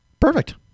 Perfect